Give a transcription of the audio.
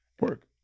Work